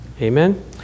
amen